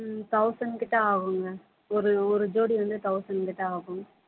ம் தவுசன் கிட்ட ஆகுங்க ஒரு ஒரு ஜோடி வந்து தவுசன் கிட்ட ஆகும்